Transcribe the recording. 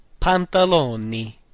pantaloni